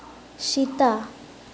ᱥᱮᱛᱟ